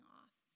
off